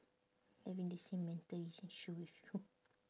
having the same mental issue with you